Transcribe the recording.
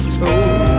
told